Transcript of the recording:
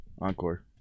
Encore